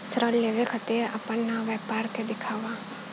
ऋण लेवे के खातिर अपना व्यापार के दिखावा?